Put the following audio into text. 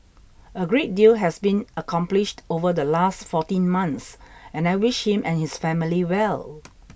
a great deal has been accomplished over the last fourteen months and I wish him and his family well